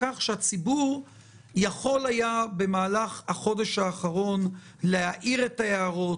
כך שהציבור יכול היה במהלך החודש האחרון להעיר את ההערות,